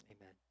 amen